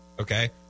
Okay